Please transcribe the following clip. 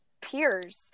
peers